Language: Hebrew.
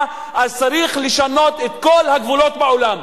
אז צריך לשנות את כל הגבולות בעולם,